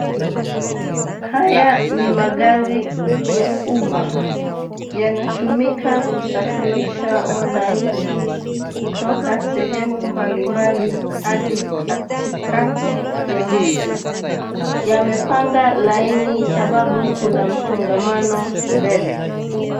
Haya ni magari ya umma. Yanatumika kusafirisha wananchi kutoka sehemu mbali mbali hadi katikati ya mji. Yamepanga laini sababu kuna msongamano mbele.